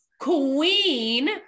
queen